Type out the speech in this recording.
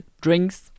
drinks